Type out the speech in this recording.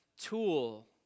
tool